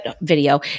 video